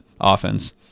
offense